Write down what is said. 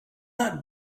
not